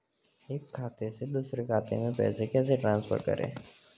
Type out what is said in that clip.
एक खाते से दूसरे खाते में पैसे कैसे ट्रांसफर करें?